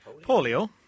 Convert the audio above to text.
Polio